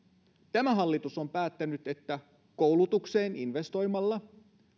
tämä hallitus on päättänyt että koulutukseen investoimalla